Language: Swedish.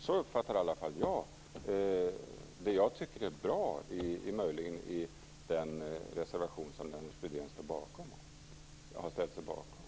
Så uppfattar i alla fall jag det jag möjligen tycker är bra i den reservation som Lennart Fridén har ställt sig bakom.